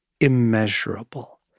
immeasurable